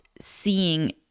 seeing